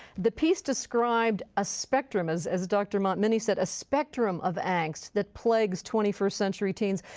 the piece described a spectrum as as dr. montminy said, a spectrum of angst that plagues twenty first century teens.